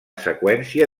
seqüència